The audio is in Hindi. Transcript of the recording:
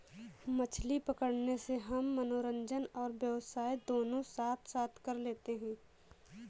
मछली पकड़ने से हम मनोरंजन और व्यवसाय दोनों साथ साथ कर लेते हैं